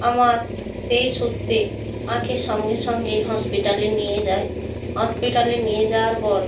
আমার সেই সূত্রে মাকে সঙ্গে সঙ্গে হসপিটালে নিয়ে যাই হসপিটালে নিয়ে যাওয়ার পর